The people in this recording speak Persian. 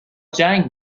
جنگ